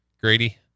Grady